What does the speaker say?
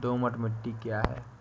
दोमट मिट्टी क्या है?